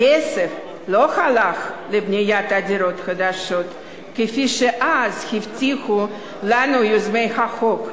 הכסף לא הלך לבניית דירות חדשות כפי שאז הבטיחו לנו יוזמי החוק,